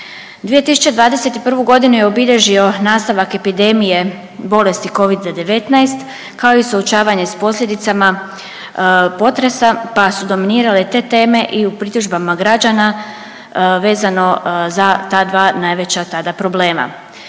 2021. godinu je obilježio nastavak epidemije bolesti Covid-19 kao i suočavanje s posljedicama potresa pa su dominirale te teme i u pritužbama građana vezano za ta dva najveća tada problema.